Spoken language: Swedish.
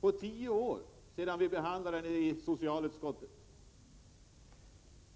på tio år efter behandlingen i socialutskottet.